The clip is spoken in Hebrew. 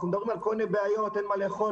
אנחנו מדברים על כל מיני בעיות, שאין מה לאכול.